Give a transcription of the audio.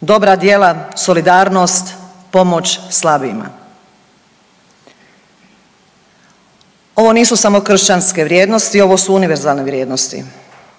Dobra djela, solidarnost, pomoć slabijima.“ Ovo nisu samo kršćanske vrijednosti. Ovo su univerzalne vrijednosti